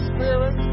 Spirit